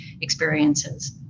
experiences